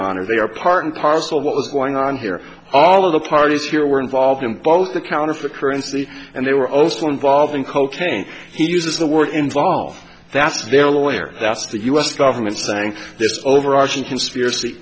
honor they are part and parcel of what was going on here all of the parties here were involved in both the counterfeit currency and they were also involved in cocaine he uses the word involved that's their lawyer that's the u s government saying this overarching conspiracy